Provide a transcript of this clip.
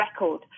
record